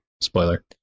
spoiler